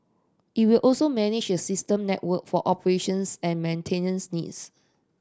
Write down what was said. it will also manage the system network for operations and maintenance needs